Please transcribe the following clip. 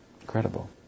Incredible